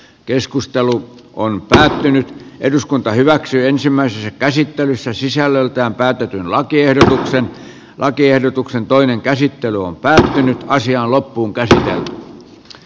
keskustelu on päättynyt eduskunta hyväksyy ensimmäisessä käsittelyssä sisällöltään päätetyn lakiehdotuksen lakiehdotuksen toinen käsittely on päätynyt naisia loppuun kerrota